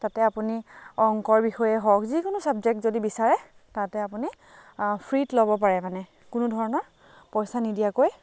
তাতে আপুনি অংকৰ বিষয়ে হওক যিকোনো চাবজেক্ট যদি বিচাৰে তাতে আপুনি ফ্ৰীত ল'ব পাৰে মানে কোনো ধৰণৰ পইচা নিদিয়াকৈ